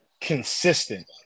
consistent